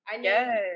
Yes